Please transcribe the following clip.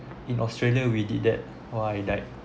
in australia we did that or I died